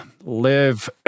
live